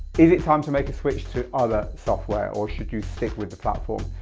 is it time to make a switch to other software or should you stick with the platform?